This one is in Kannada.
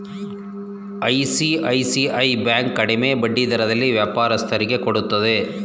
ಐಸಿಐಸಿಐ ಬ್ಯಾಂಕ್ ಕಡಿಮೆ ಬಡ್ಡಿ ದರದಲ್ಲಿ ವ್ಯಾಪಾರಸ್ಥರಿಗೆ ಕೊಡುತ್ತದೆ